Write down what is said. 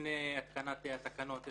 לפני התקנת התקנות,